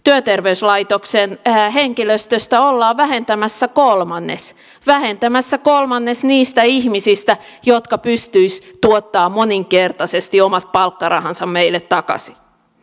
työterveyslaitoksen henkilöstöstä ollaan vähentämässä kolmannes vähentämässä kolmannes niistä ihmisistä jotka pystyisivät tuottamaan moninkertaisesti omat palkkarahansa meille takaisin